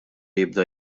jibda